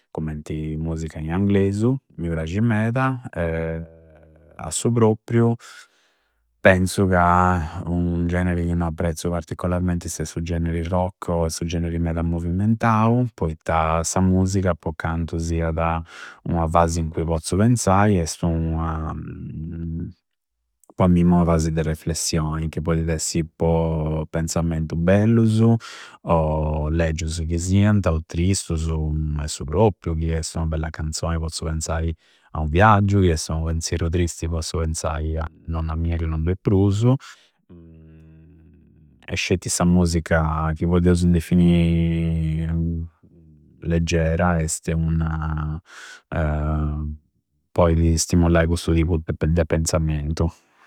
Commenti musica in anglesu, mi prasci meda, a su propriu penzu ca un generi ca no apprezzu particolarmenti se su generi rock o su generi meda movimentau, poitta sa musica po cantu siada una fasi in cui pozzu penzai esti ua po ammima una fasi de riflessioi che poididi essi po penzammentu bellussu o leggiusu chi sianta, o tristusu a su propriu, chi esti una bella canzoi pozzu penzai a unu viaggiu, chi esti unu penzieru tristi pozzu penzai a nonna mia ca non due prusu e scetti sa musica chi podeusu defini leggere este un poidi stimoli cussu tipu de penzamentu